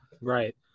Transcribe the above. Right